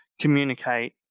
communicate